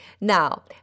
Now